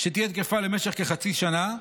שתהיה תקפה למשך כחצי שנה,